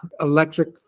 electric